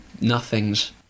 nothings